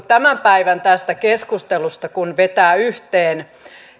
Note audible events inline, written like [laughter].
[unintelligible] tämän päivän keskustelusta kun vetää yhteen